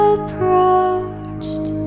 approached